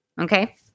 Okay